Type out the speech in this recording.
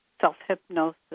self-hypnosis